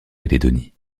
calédonie